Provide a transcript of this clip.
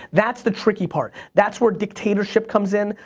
that's the tricky part, that's where dictatorship comes in.